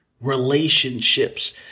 relationships